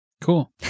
Cool